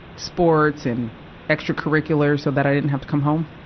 sports and extra-curricular, so that i didn't have to come home,